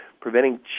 Preventing